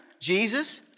Jesus